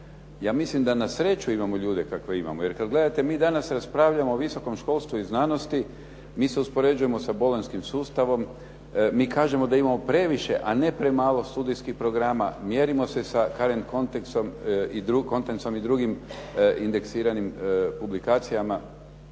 Ja mislim da na sreću imamo ljude kakve imamo jer kad gledate, mi danas raspravljamo o visokom školstvu i znanosti, mi se uspoređujemo sa bolonjskim sustavom, mi kažemo da imamo previše, a ne premalo studijskih programa, mjerimo se sa … /Govornik se ne razumije./ … i drugim indeksiranim publikacijama.